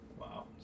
Wow